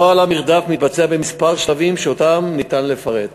נוהל המרדף מתבצע בכמה שלבים, שאותם ניתן לפרט.